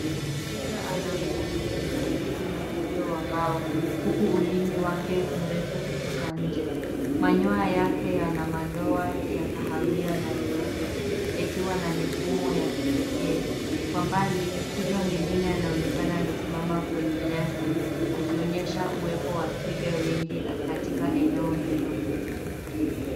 Twiga anaweka kichwa chake juu ya uzio wa mbao uku ulimi wake mrefu ukitoka nje. Manyoya yake yana madoa ya kahawia na meupe yakiwa na mifumo ya kipekee. Kwa mbali twiga mwingine anaonekana amesimama kwenye nyasi akionyesha uwepo wa twiga wengi katika eneo hilo.